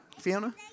Fiona